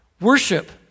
Worship